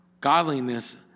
godliness